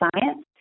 Science